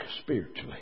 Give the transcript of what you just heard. spiritually